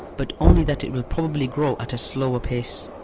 but only that it will probably grow at a slower pace.